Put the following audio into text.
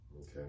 Okay